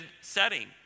setting